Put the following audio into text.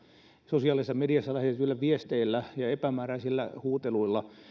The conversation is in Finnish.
sosiaalisessa mediassa lähetetyillä viesteillä ja epämääräisillä huuteluilla